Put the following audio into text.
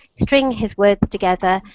string his words together,